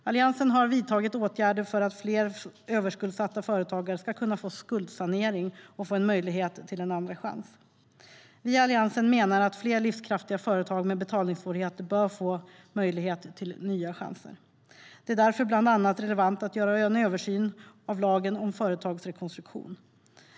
Alliansen har vidtagit åtgärder för att fler överskuldsatta företagare ska kunna få skuldsanering och möjlighet till en andra chans. Vi i Alliansen menar att fler livskraftiga företag med betalningssvårigheter bör få möjlighet till nya chanser. Det är bland annat därför relevant att göra en översyn av lagen om företagsrekonstruktion.